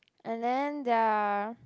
and then there are